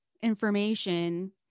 information